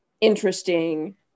interesting